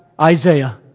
Isaiah